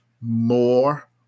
more